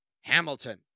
Hamilton